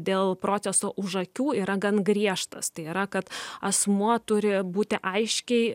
dėl proceso už akių yra gan griežtas tai yra kad asmuo turi būti aiškiai